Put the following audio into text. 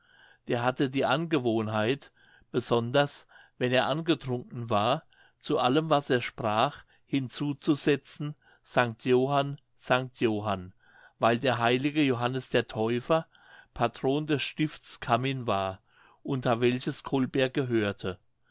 der hatte die gewohnheit besonders wenn er angetrunken war zu allem was er sprach hinzuzusetzen sanct johann sanct johann weil der heilige johannes der täufer patron des stifts cammin war unter welches colberg gehörte